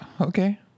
Okay